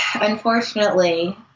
unfortunately